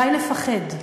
די לפחד.